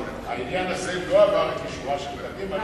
העניין הזה לא עבר את אישורה של קדימה,